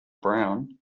brown